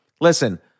listen